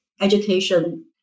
education